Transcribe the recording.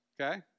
Okay